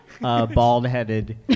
bald-headed